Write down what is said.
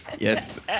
yes